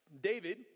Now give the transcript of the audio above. David